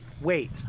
wait